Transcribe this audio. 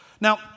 Now